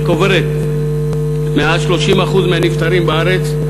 שקוברת מעל 30% מהנפטרים בארץ,